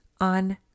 on